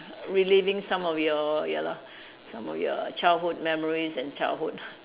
reliving some of your ya lah some of your childhood memory and childhood